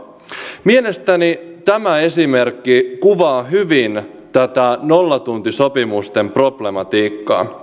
mielestäni tämä esimerkki kuvaa hyvin tätä nollatuntisopimusten problematiikkaa